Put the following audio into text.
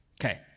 Okay